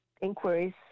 inquiries